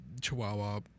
Chihuahua